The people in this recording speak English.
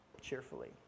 cheerfully